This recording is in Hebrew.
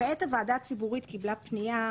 כעת הוועדה הציבורית קיבלה פנייה